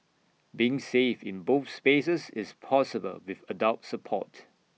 being safe in both spaces is possible with adult support